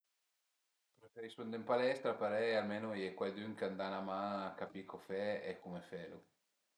Preferisu andé ën palestra parei almenu a ie cuaidün ch'a m'da 'na man a capì co fe e cume felu